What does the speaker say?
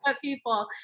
people